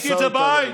ראיתי את זה בעין.